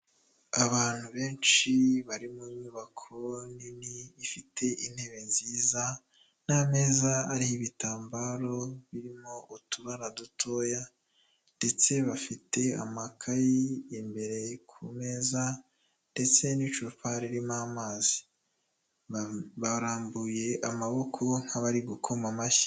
Abantu benshi bari mu nyubako nini ifite intebe nziza n'ameza ariho ibitambaro birimo utubara dutoya ndetse bafite amakaye imbere ku meza ndetse n'icupa ririmo amazi, barambuye amaboko nk'abari gukoma amashyi.